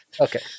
Okay